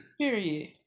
Period